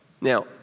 Now